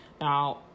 Now